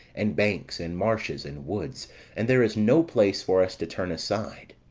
and banks, and marshes, and woods and there is no place for us to turn aside.